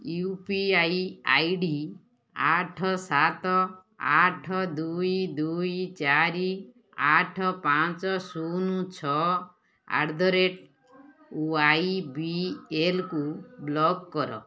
you P I I D ଆଠ ସାତ ଆଠ ଦୁଇ ଦୁଇ ଦୁଇ ଚାରି ଆଠ ପାଞ୍ଚ ଶୂନ ଛଅ ଆଟ୍ ଦ ରେଟ୍ ୱାଇବିଏଲ୍କୁ ବ୍ଲକ୍ କର